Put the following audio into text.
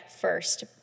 first